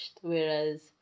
Whereas